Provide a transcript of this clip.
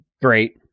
great